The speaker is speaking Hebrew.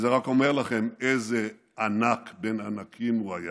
וזה רק אומר לכם איזה ענק בן ענקים הוא היה,